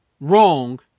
wrong